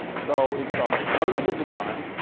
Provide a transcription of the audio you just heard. so it's, um what is good design,